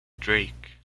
drake